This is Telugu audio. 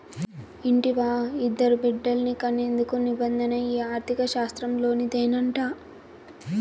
ఇంటివా, ఇద్దరు బిడ్డల్ని కనేందుకు నిబంధన ఈ ఆర్థిక శాస్త్రంలోనిదేనంట